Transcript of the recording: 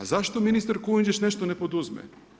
A zašto ministar Kujundžić nešto ne poduzme.